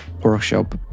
workshop